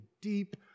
deep